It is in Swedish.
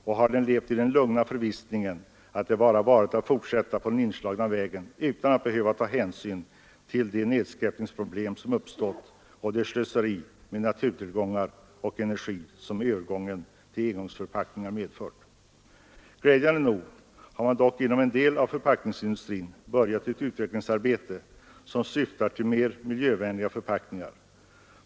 Den har levt i den lugna förvissningen att det bara varit att fortsätta på den inslagna vägen utan att behöva ta hänsyn till de nedskräpningsproblem som uppstått och det slöseri med naturtillgångar och energi som övergången till engångsförpackningar medfört. Glädjande nog har man dock inom en del av förpackningsindustrin börjat ett utvecklingsarbete som syftar till mera miljövänliga förpackningar.